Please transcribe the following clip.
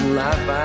life